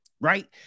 right